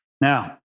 Now